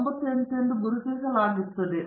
98 ಎಂದು ಗುರುತಿಸಲಾಗುತ್ತದೆ